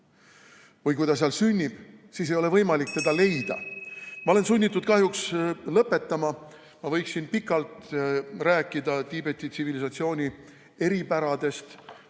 Ja kui ta seal sünnibki, siis ei ole võimalik teda leida. Ma olen sunnitud kahjuks lõpetama, kuigi võiksin pikalt rääkida Tiibeti tsivilisatsiooni eripäradest,